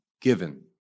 given